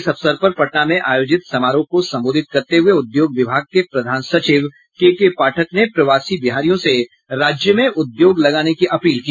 इस अवसर पर पटना में आयोजित समारोह को संबोधित करते हुए उद्योग विभाग के प्रधान सचिव केके पाठक ने प्रवासी बिहारियों से राज्य में उद्योग लगाने की अपील की